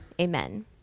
Amen